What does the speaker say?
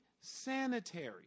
sanitary